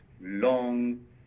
long